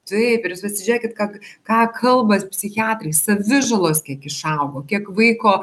taip ir jūs pasižiūrėkit kad ką kalba psichiatrai savižalos kiek išaugo kiek vaiko